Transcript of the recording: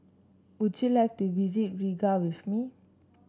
would you like to visit Riga with me